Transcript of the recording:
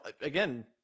again